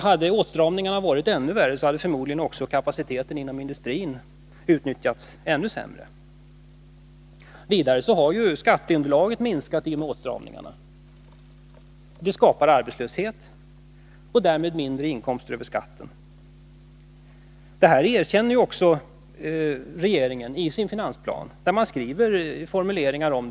Hade åtstramningarna varit ännu hårdare, hade förmodligen kapaciteten inom industrin utnyttjats ännu sämre. Vidare har skatteunderlaget minskat genom åtstramningarna, vilket skapar arbetslöshet och därmed mindre inkomster över skatten. Detta erkänner regeringen i sin finansplan, som innehåller formuleringar härom.